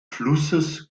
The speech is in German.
flusses